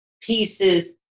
pieces